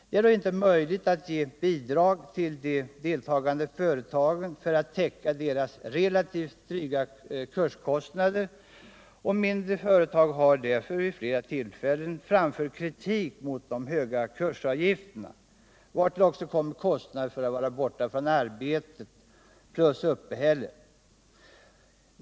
Det är dock inte möjligt att ge bidrag till de deltagande företagen för att täcka de relativt dryga kurskostnaderna, och mindre företag har därför vid flera tillfällen framfört kritik mot de höga kursavgifterna, vartill också kommer kostnaden för att vara borta från arbetet plus uppehället.